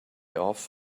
off